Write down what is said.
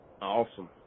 Awesome